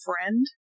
friend